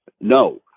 no